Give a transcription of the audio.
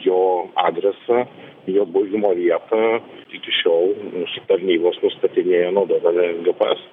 jo adresą jo buvimo vietą iki šiol mūsų tarnybos nustatinėja naudodami gps